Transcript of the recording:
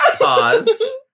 Pause